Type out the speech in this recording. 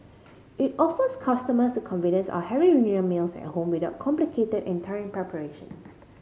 it offers customers the convenience are having reunion meals at home without complicated and tiring preparations